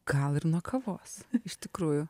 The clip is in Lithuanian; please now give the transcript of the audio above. gal ir nuo kavos iš tikrųjų